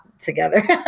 together